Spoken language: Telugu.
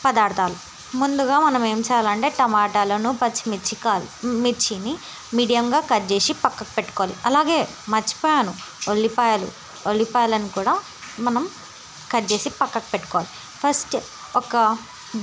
పదార్థాలు ముందుగా మనం ఏమి చేయాలంటే టమాటాలను పచ్చిమిర్చి క మిర్చిని మీడియంగా కట్ చేసి పక్కకు పెట్టుకోవాలి అలాగే మర్చిపోయాను ఉల్లిపాయలు ఉల్లిపాయలను కూడా మనం కట్ చేసి పక్కకు పెట్టుకోవాలి ఫస్ట్ ఒక